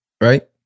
right